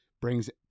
brings